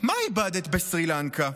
מה איבדת בסרי לנקה?